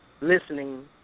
listening